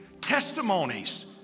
Testimonies